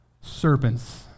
Serpents